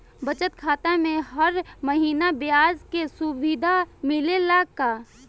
बचत खाता में हर महिना ब्याज के सुविधा मिलेला का?